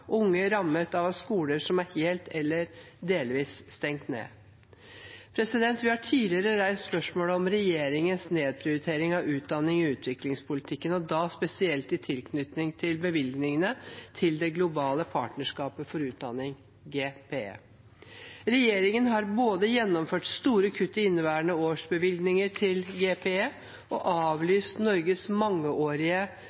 unge rammet av at skoler var helt eller delvis stengt ned. Vi har tidligere reist spørsmål om regjeringens nedprioritering av utdanning i utviklingspolitikken, og da spesielt i tilknytning til bevilgningene til det globale partnerskapet for utdanning, GPE. Regjeringen har både gjennomført store kutt i inneværende års bevilgninger til GPE og